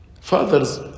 fathers